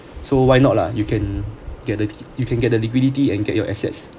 so why not lah you can get the you can get the liquidity and get your assets